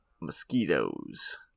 mosquitoes